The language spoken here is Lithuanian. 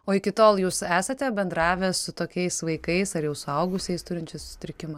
o iki tol jūs esate bendravęs su tokiais vaikais ar jau suaugusiais turinčiais sutrikimą